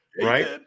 Right